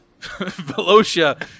Velocia